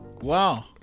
Wow